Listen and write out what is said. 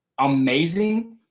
amazing